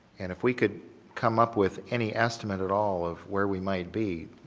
and if we could come up with any estimate at all of where we might be,